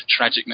tragicness